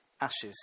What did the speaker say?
Ashes